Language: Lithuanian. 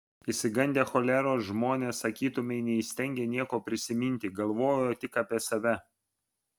išsigandę choleros žmonės sakytumei neįstengė nieko prisiminti galvojo tik apie save